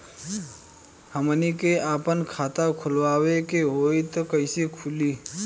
हमनी के आापन खाता खोलवावे के होइ त कइसे खुली